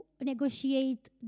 negotiate